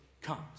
comes